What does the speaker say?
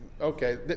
Okay